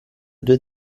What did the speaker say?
due